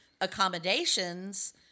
accommodations